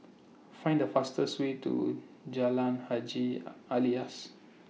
Find The fastest Way to Jalan Haji Alias